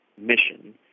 mission